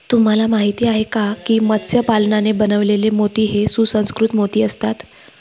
तुम्हाला माहिती आहे का की मत्स्य पालनाने बनवलेले मोती हे सुसंस्कृत मोती असतात